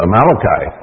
Malachi